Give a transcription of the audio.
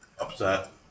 upset